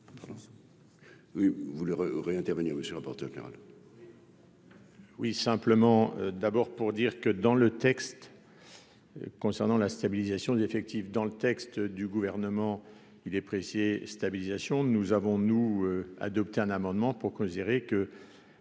Oui, simplement, d'abord pour dire que dans le texte concernant la stabilisation des effectifs dans le texte du gouvernement il déprécié stabilisation nous avons-nous adopter un amendement pour considérer que